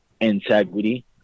integrity